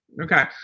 Okay